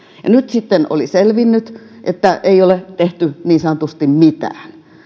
nyt sitten oli selvinnyt että ei ole tehty niin sanotusti mitään